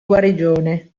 guarigione